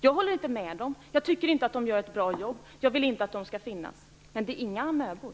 Jag håller inte med dem, jag tycker inte att de gör ett bra jobb, jag vill inte att de skall finnas - men det är inga amöbor.